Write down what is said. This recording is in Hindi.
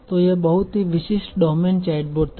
तो यह बहुत ही विशिष्ट डोमेन चैटबॉट था